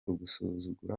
ugusuzugura